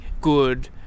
good